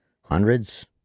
hundreds